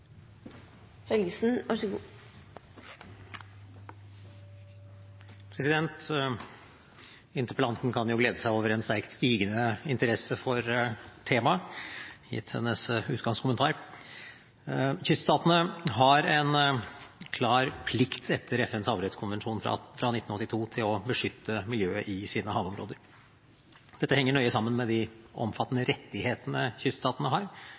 Interpellanten kan jo glede seg over en sterkt stigende interesse for temaet, gitt hennes utgangskommentar. Kyststatene har en klar plikt etter FNs havrettskonvensjon fra 1982 til å beskytte miljøet i sine havområder. Dette henger nøye sammen med de omfattende rettighetene kyststatene har